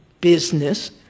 business